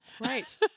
Right